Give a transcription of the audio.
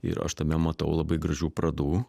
ir aš tame matau labai gražių pradų